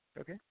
okay